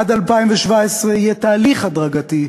עד 2017 יהיה תהליך הדרגתי,